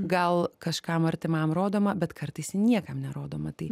gal kažkam artimam rodoma bet kartais ji niekam nerodoma tai